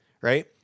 right